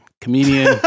Comedian